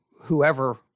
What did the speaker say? whoever –